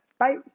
bye!